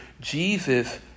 Jesus